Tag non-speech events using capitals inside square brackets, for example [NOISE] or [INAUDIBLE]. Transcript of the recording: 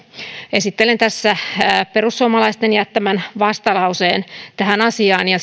esittelen tässä perussuomalaisten jättämän vastalauseen tähän asiaan ja [UNINTELLIGIBLE]